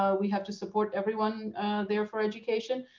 ah we have to support everyone there for education.